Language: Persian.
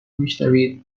میشنوید